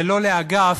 ולא לאגף,